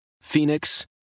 Phoenix